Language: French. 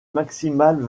maximale